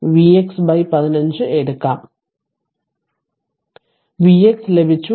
vx ലഭിച്ചു